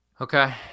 Okay